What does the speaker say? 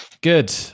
Good